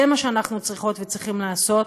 זה מה שאנחנו צריכות וצריכים לעשות,